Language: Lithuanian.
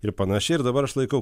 ir panašiai ir dabar aš laikau